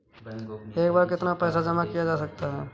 एक बार में कितना पैसा जमा किया जा सकता है?